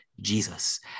Jesus